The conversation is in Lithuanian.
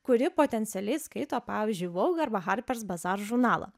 kuri potencialiai skaito pavyzdžiui vogue arba harpers bazaar žurnalą